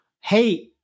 hey